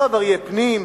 אותו הדבר יהיה פנים,